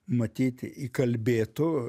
matyti įkalbėtu